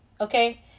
Okay